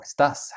estás